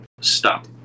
Stop